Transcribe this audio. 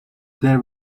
there